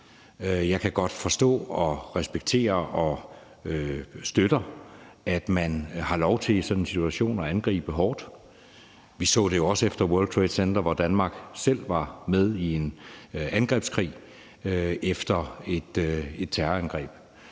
Jeg kan godt forstå og respektere – og støtter det også – at man har lov til i sådan en situation at angribe hårdt. Vi så det jo også efter terrorangrebet mod World Trade Center, hvor Danmark selv var med i en angrebskrig. Om proportionerne